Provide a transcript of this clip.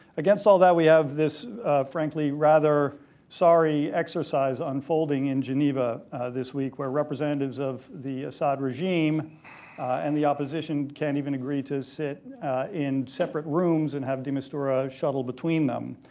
against all that, we have this frankly rather sorry exercise unfolding in geneva this week, where representatives of the assad regime and the opposition cant even agree to sit in separate rooms and have de mistura shuttle between them.